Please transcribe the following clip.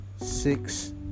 six